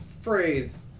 phrase